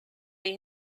they